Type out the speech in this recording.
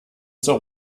zur